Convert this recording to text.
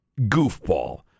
goofball